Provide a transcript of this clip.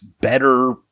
better